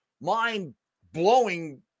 mind-blowing